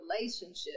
relationship